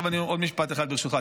עוד משפט אחד, ברשותך.